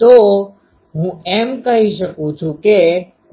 તો હું એમ કહી શકું છું કે